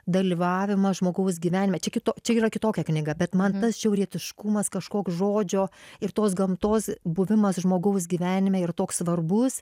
dalyvavimas žmogaus gyvenime čia kito čia yra kitokia knyga bet man tas šiaurietiškumas kažkoks žodžio ir tos gamtos buvimas žmogaus gyvenime ir toks svarbus